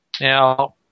Now